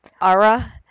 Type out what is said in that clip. Ara